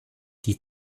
die